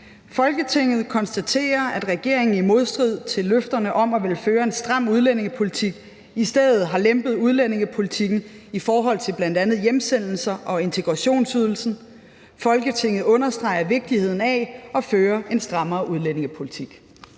Folketinget konstaterer, at regeringen i modstrid med løfterne om at ville føre en stram udlændingepolitik i stedet har lempet udlændingepolitikken i forhold til bl.a. hjemsendelser og integrationsydelsen. Folketinget understreger vigtigheden af at føre en strammere udlændingepolitik.«